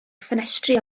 ffenestri